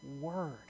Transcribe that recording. word